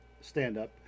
stand-up